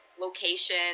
location